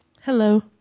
Hello